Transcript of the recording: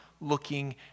looking